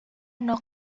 نوع